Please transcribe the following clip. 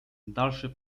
dalszy